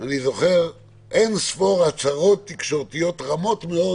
אני זוכר אינספור הצהרות תקשורתיות רמות מאוד